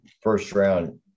first-round